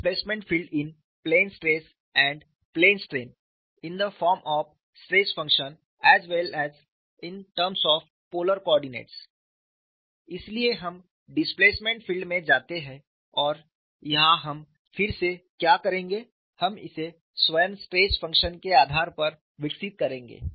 displacement field in plane stress and plane strain in the form of stress function as well as in terms of polar coordinates इसलिए हम displacement field में जाते हैं और यहां हम फिर से क्या करेंगे हम इसे स्वयं स्ट्रेस फंक्शन के आधार पर विकसित करेंगे